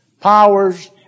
powers